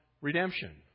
redemption